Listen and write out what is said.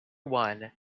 one